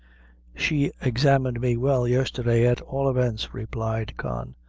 she examined me well yesterday, at all events, replied con.